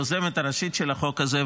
היוזמת הראשית של החוק הזה,